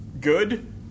Good